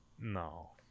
no